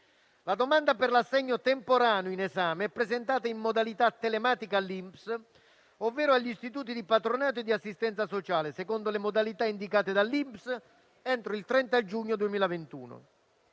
La domanda per l'assegno temporaneo in esame è presentata in modalità telematica all'INPS, ovvero agli istituti di patronato e di assistenza sociale, secondo le modalità indicate dall'INPS, entro il 30 giugno 2021.